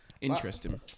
Interesting